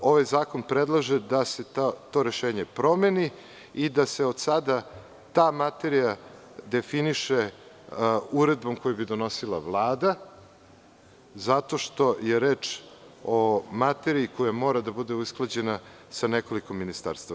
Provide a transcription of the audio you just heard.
Ovaj zakon predlaže da se to rešenje promeni i da se od sada ta materija definiše uredbom koju bi donosila Vlada, zato što je reč o materiji koja mora da bude usklađena sa nekoliko ministarstava.